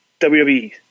WWE